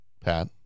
Pat